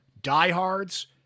diehards